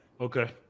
okay